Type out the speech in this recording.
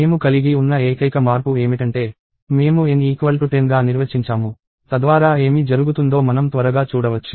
మేము కలిగి ఉన్న ఏకైక మార్పు ఏమిటంటే మేము N 10గా నిర్వచించాము తద్వారా ఏమి జరుగుతుందో మనం త్వరగా చూడవచ్చు